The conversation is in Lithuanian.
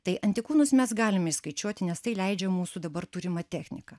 tai antikūnus mes galim išskaičiuoti nes tai leidžia mūsų dabar turima technika